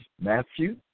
Matthew